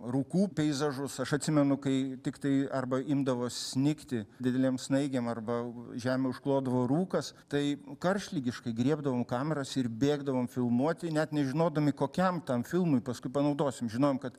rūkų peizažus aš atsimenu kai tiktai arba imdavo snigti didelėm snaigėm arba žemę užklodavo rūkas tai karštligiškai griebdavom kameras ir bėgdavom filmuoti net nežinodami kokiam tam filmui paskui panaudosim žinojom kad